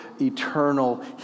eternal